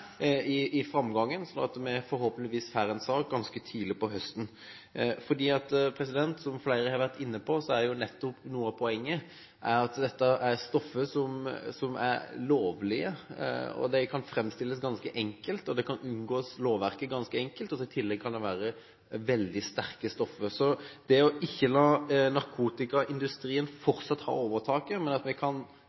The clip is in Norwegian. med i framgangen, slik at vi forhåpentligvis får en sak ganske tidlig på høsten. Som flere har vært inne på, er noe av poenget nettopp at dette er stoffer som er lovlige, og som kan framstilles ganske enkelt. Man kan ganske enkelt unngå lovverket, og i tillegg kan det være veldig sterke stoffer. Det å ikke la narkotikaindustrien fortsatt ha overtaket, men at vi kan